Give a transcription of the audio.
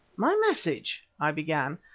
my message i began,